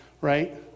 right